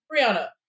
brianna